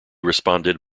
responded